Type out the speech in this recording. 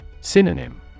Synonym